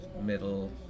middle